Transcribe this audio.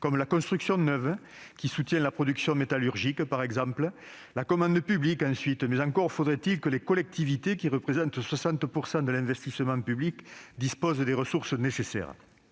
comme la construction neuve, qui encourage en particulier la production métallurgique. La commande publique en est un autre, mais encore faudrait-il que les collectivités qui représentent 60 % de l'investissement public disposent des ressources nécessaires.